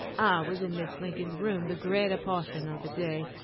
was in mrs. lincoln's room the greater portion of the day.